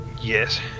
Yes